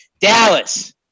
Dallas